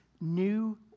new